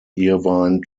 irvine